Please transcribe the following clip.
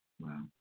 Wow